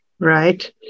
Right